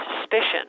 suspicion